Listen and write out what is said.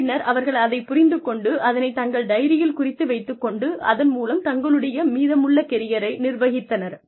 அதன் பின்னர் அவர்கள் அதைப் புரிந்து கொண்டு அதனை தங்கள் டைரியில் குறித்து வைத்துக் கொண்டு அதன் மூலம் தங்களுடைய மீதமுள்ள கெரியரை நிர்வகித்தனர்